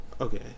Okay